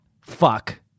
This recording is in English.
Fuck